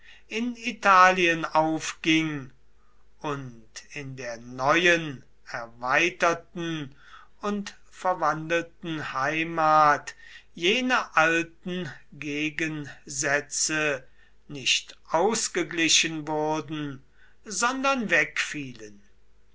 in italien aufging und in der neuen erweiterten und verwandelten heimat jene alten gegensätze nicht ausgeglichen wurden sondern